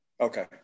Okay